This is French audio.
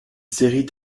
série